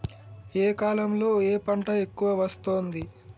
ఏ కాలంలో ఏ పంట ఎక్కువ వస్తోంది?